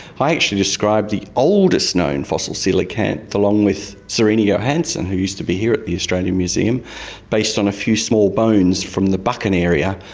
i actually described the oldest known fossil coelacanth along with zerina johanson who used to be here at the australian museum based on a few small bones from the buchan area,